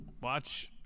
watch